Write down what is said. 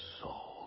soul